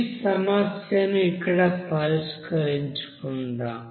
ఈ సమస్యను ఇక్కడ పరిష్కరించుకుందాం